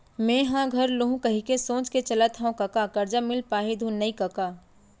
मेंहा घर लुहूं कहिके सोच के चलत हँव कका करजा मिल पाही धुन नइ कका